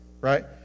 right